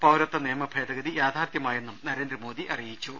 പൌരത്വ നിയമ ഭേദഗതി യാഥാർത്ഥ്യമായെന്നും നരേന്ദ്രമോദി അറിയിച്ചു